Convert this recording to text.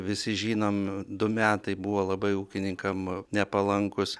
visi žinom du metai buvo labai ūkininkam nepalankūs